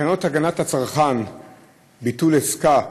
תקנות הגנת הצרכן (ביטול עסקה),